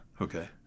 Okay